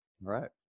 right